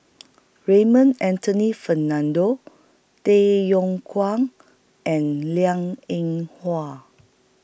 Raymond Anthony Fernando Tay Yong Kwang and Liang Eng Hwa